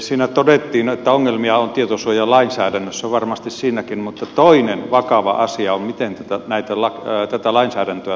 siinä todettiin että ongelmia on tietosuojalainsäädännössä varmasti siinäkin mutta toinen vakava asia on miten tätä lainsäädäntöä sovelletaan